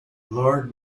lord